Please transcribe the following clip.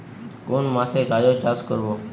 কোন মাসে গাজর চাষ করব?